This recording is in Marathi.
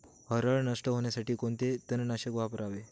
हरळ नष्ट होण्यासाठी कोणते तणनाशक वापरावे?